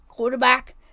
Quarterback